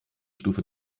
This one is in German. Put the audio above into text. stufe